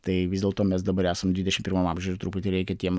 tai vis dėlto mes dabar esam dvidešim pirmam amžiuj ir truputį reikia tiem